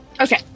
Okay